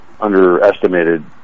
underestimated